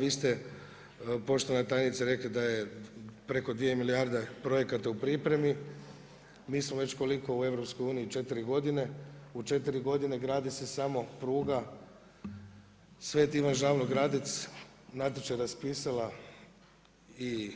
Vi ste poštovana tajnice rekli da je preko dvije milijarde projekata u pripremi, mi smo već koliko u EU, 4 godine u 4 godine gradi se samo pruga Sv. Ivan Žabno-Gradec, natječaj raspisala i